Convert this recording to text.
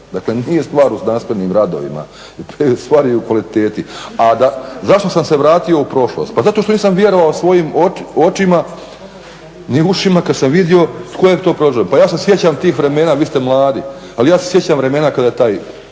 Dakle, nije stvar u znanstvenim radovima, stvar je u kvaliteti. A zašto sam se vratio u prošlost? Pa zato što nisam vjerovao svojim očima ni ušima kad sam vidio tko je to predložen. Pa ja se sjećam tih vremena, vi ste mladi, ali ja se sjećam vremena kada je taj